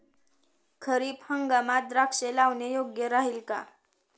खरीप हंगामात द्राक्षे लावणे योग्य राहिल का?